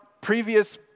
previous